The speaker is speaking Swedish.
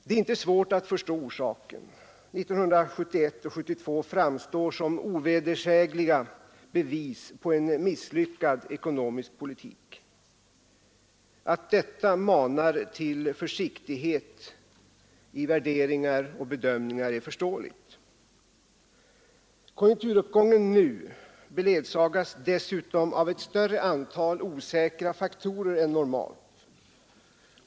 Det är inte svårt att förstå orsaken. Åren 1971 och 1972 framstår som ovedersägliga bevis på en misslyckad ekonomisk politik. Att detta manar till försiktighet i värderingar och bedömningar är förståeligt. Konjunkturuppgången nu beledsagas dessutom av ett större antal osäkra faktorer än normalt.